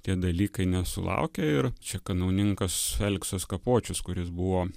tie dalykai nesulaukia ir čia kanauninkas aleksas kapočius kuris buvo